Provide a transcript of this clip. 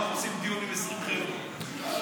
תשאל אותם איך עושים דיון עם 20 חבר'ה, תשאל אותו.